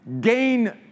gain